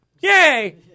Yay